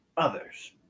others